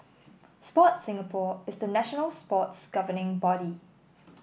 Sport Singapore is the national sports governing body